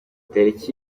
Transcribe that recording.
tariki